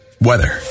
weather